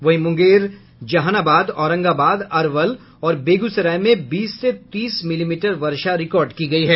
वहीं मुंगेर जहानाबाद औरंगाबाद अरवल और बेगूसराय में बीस से तीस मिलीमीटर वर्षा रिकॉर्ड की गयी है